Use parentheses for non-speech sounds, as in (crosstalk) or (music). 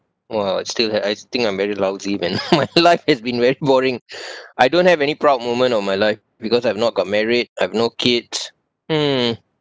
!wah! still had I still think I'm very lousy man (laughs) my life (laughs) has been very boring (breath) I don't have any proud moment of my life because I've not got married I have no kids mm